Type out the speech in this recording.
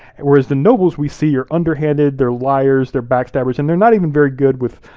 whereas the nobles we see are underhanded, they're liars, they're backstabbers, and they're not even very good with